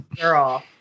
girl